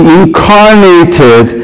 incarnated